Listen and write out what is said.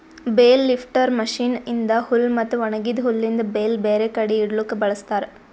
bale lifter machine ಇಂದಾ ಹುಲ್ ಮತ್ತ ಒಣಗಿದ ಹುಲ್ಲಿಂದ್ ಬೇಲ್ ಬೇರೆ ಕಡಿ ಇಡಲುಕ್ ಬಳ್ಸತಾರ್